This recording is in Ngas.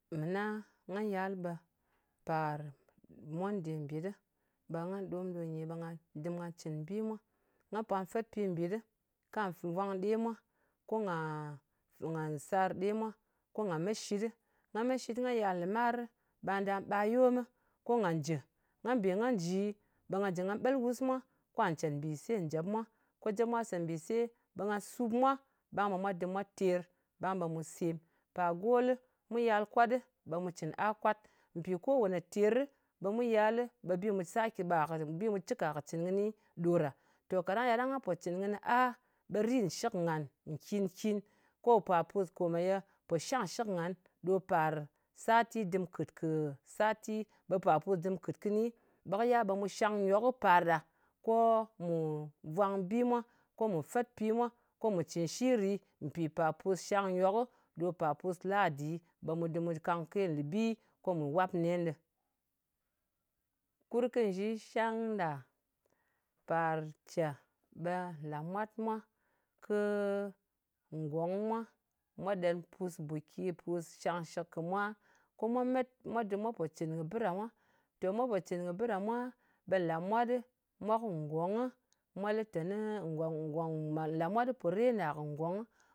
Mɨna nga yal, ɓe pàr monde mbìt ɗɨ ɓe nga ɗom ɗo nyi, ɓe nga dɨm nga cɨn bi mwa. Nga pwa fet pi mbit ɗɨ, ka vwang ɗe mwa. Ko sar ɗe mwa, ko nga me shit ɗɨ. Nga me shit nga yal lɨmarɨ ɓa nda ɓat yomɨ ko nga jɨ. Nga bè nga ji, ɓe nga jɨ nga ɓelwus mwa, kà cèt mbìse njèp mwa. Ko jep mwa se mbìse ɓe nga sup mwa. Ɓang ɓe mwa dɨm mwa ter, ɓang ɓe mu sem. Pàr golɨ, mu yal kwat ɗɨ, ɓe mu cɨn a kwat. Mpì ko wane terɨ, ɓe mu yalɨ, ɓe bi mu sa mu cika kɨ cɨn kɨni ɗo ɗa. To kaɗang nga pò cɨn kɨnɨ a, ɓe rit nshɨk ngàn nkin-kin. Ko pà pus kòmeye pò shangshɨk ngan ɗo pàr sati. Dɨm kɨ̀t kɨ sati ɓe par pus dɨm kɨt kɨni ɓe kɨ yal ɓe mu shangnyokɨ par ɗa. Ko mù vwang bi mwa, ko mù fet pi mwa, ko mù cɨn shiri mpì par pus shangnyokɨ ɗo pa pùs ladi. Ɓe mù dɨm mu kangke lɨbi, ko mù wap nen ɗɨ. Kurkɨnzhi shangɗa, par ce ɓe, nlàmwat mwa, kɨ ngong mwa, mwa ɗen pus buki, pus shangshɨk kɨ mwa. Ko mwa met mwa dɨm mwa po cɨn kɨ bɨ ɗa mwa. Te mwa pò cɨn kɨ bɨ ɗa mwa, ɓe nlamwat, mwa kɨ ngongnɨ mwa lɨ teni ngong ngong, nlamwat po rena kɨ ngongnɨ